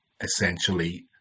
essentially